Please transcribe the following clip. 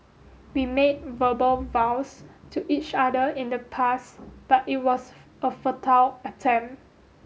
we made verbal vows to each other in the past but it was a futile attempt